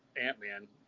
Ant-Man